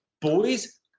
boys